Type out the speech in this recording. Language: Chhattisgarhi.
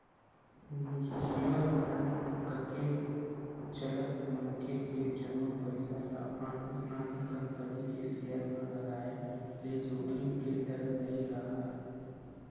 म्युचुअल फंड कके चलत मनखे के जमा पइसा ल आने आने कंपनी के सेयर म लगाय ले जोखिम के डर नइ राहय